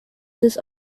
this